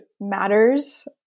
matters